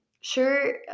Sure